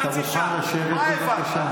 אתה מוכן לשבת, בבקשה?